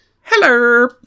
Hello